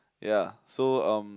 ya so um